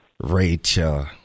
Rachel